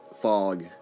fog